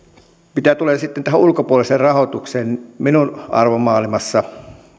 mitä tulee tähän ulkopuoliseen rahoitukseen minun arvomaailmassani